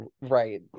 right